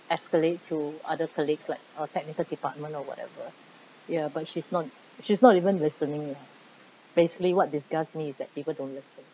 escalate to other colleagues like uh technical department or whatever ya but she's not she's not even listening lah basically what disgust me is that people don't listen